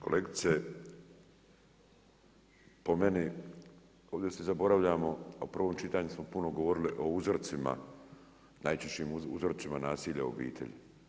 Kolegice, po meni ovdje svi zaboravljamo u prvom čitanju smo puno govorili o uzrocima, najčešćim uzrocima nasilja u obitelji.